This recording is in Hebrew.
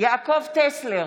יעקב טסלר,